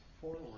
forward